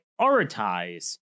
prioritize